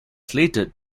slated